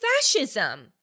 fascism